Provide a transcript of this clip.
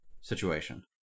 situation